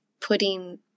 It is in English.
putting